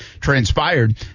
transpired